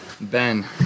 Ben